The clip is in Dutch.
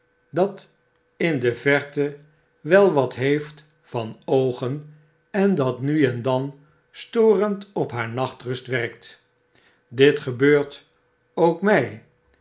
dat in de verte wel watvheeft van oogen en dat nu en dan storend op haar nachtrust werkt dit gebeurt ook mij